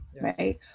right